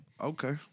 Okay